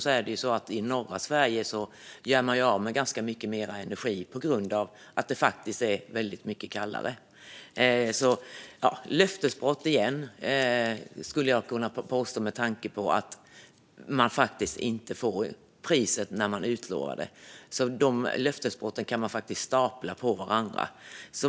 I norra Sverige gör man dessutom av med ganska mycket mer energi på grund av att det faktiskt är väldigt mycket kallare där. Jag skulle kunna påstå att det är löftesbrott igen med tanke på att människor faktiskt inte får stödet när de skulle ha fått det. Man kan alltså stapla löftesbrotten på varandra.